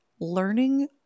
learning